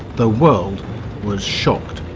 the world was shocked.